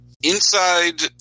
Inside